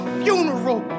funeral